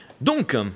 donc